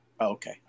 Okay